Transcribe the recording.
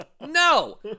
No